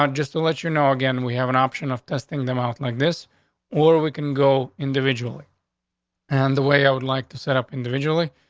just to let you know again, we have an option of testing them out like this or weaken go individually and the way i would like to set up individually,